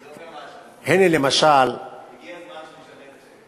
זה אומר משהו, הגיע הזמן שנשנה את השם.